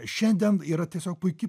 šiandien yra tiesiog puiki